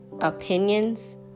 opinions